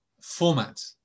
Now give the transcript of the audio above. format